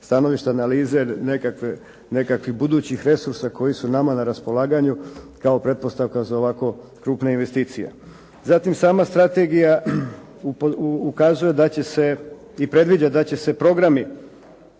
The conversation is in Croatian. stanovišta analize nekakvih budućih resursa koji su nama na raspolaganju kao pretpostavka za ovakve krupne investicije. I sama Strategija ukazuje da će se programi